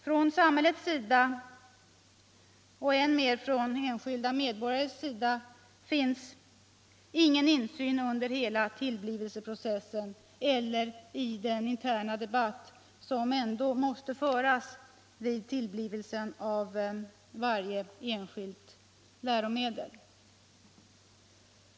Från samhällets sida och än mer för de enskilda medborgarna finns ingen insyn under hela tillblivelseprocessen eller i den interna debatt som ändå måste föras vid tillblivelsen av varje enskilt läromedel.